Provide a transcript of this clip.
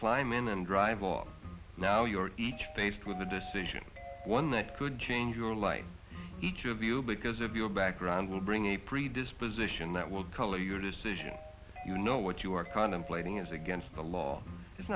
climb in and drive off now your each faced with a decision one that could change your life each of you because of your background will bring a predisposition that will color your decision you know what you are contemplating is against the law it's